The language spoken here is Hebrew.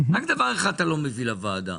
רק דבר אחד אתה לא מביא לוועדה,